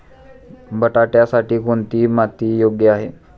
बटाट्यासाठी कोणती माती योग्य आहे?